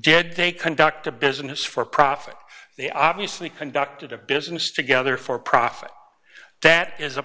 did they conduct a business for profit they obviously conducted a business together for profit that is a